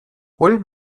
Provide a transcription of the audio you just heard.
hol